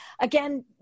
again